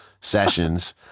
sessions